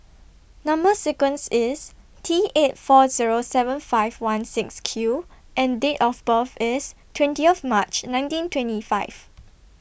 Number sequence IS T eight four Zero seven five one six Q and Date of birth IS twentieth March nineteen twenty five